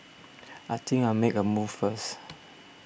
I think I'll make a move first